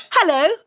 Hello